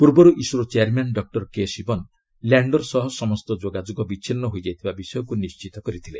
ପ୍ରର୍ବର୍ ISRO chairman doctor K Sivan lander ସହ ସମସ୍ତ ଯୋଗାଯୋଗ ବିଚ୍ଛିନ୍ନ ହୋଇଯାଇଥିବା ବିଷୟକୁ ନିଣ୍ଢିତ କରିଥିଲେ